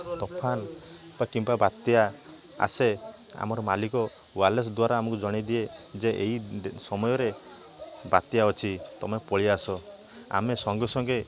ତୋଫାନ କିମ୍ବା ବାତ୍ୟା ଆସେ ଆମର ମାଲିକ ୱାୟାରଲେସ୍ ଦ୍ୱାରା ଆମକୁ ଜଣେଇଦିଏ ଯେ ଏଇ ସମୟରେ ବାତ୍ୟା ଅଛି ତମେ ପଳେଇଆସ ଆମେ ସଙ୍ଗେ ସଙ୍ଗେ